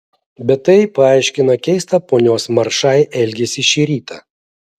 bet tai paaiškina keistą ponios maršai elgesį šį rytą